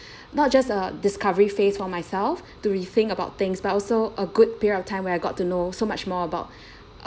not just a discovery phase for myself to rethink about things but also a good period of time where I got to know so much more about